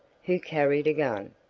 who carried a gun.